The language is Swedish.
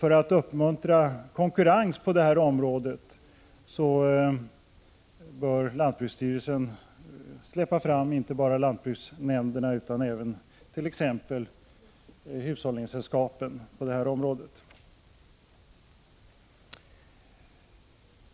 För att uppmuntra konkurrens på detta område bör lantbruksstyrelsen släppa fram inte bara lantbruksnämnderna utan även t.ex. hushållningssällskapen på detta område.